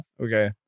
Okay